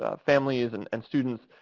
ah families and and students,